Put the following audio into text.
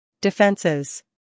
Defenses